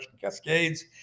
cascades